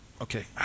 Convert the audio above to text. Okay